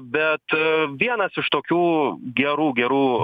bet vienas iš tokių gerų gerų